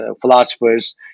philosophers